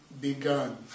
begun